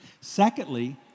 Secondly